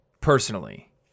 personally